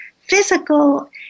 physical